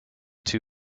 two